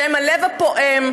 שהם הלב הפועם,